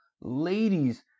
Ladies